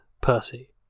Percy